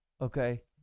Okay